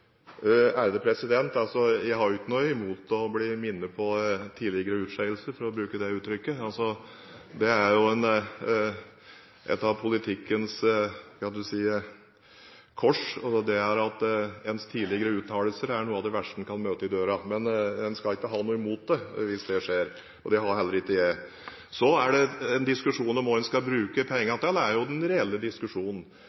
Jeg har ikke noe imot å bli minnet om tidligere utskeielser, for å bruke det uttrykket. Det er jo et av politikkens kors, kan man si, det at ens tidligere uttalelser er noe av det verste man kan møte i døra. Men man skal ikke ha noe imot det, hvis det skjer, og det har heller ikke jeg. Så er det en diskusjon om hva man skal bruke